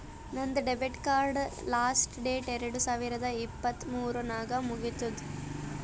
ನಂದ್ ಡೆಬಿಟ್ ಕಾರ್ಡ್ದು last date ಎರಡು ಸಾವಿರದ ಇಪ್ಪತ್ ಮೂರ್ ನಾಗ್ ಮುಗಿತ್ತುದ್